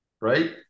right